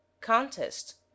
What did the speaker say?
Contest